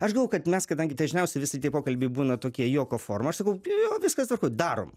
aš galvojau kad mes kadangi dažniausiai visi tie pokalbiai būna tokie juoko forma aš sakau jo jo viskas tvarkoj darom